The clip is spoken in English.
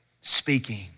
speaking